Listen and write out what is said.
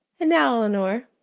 and now, elinor,